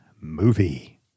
movie